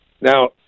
Now